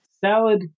Salad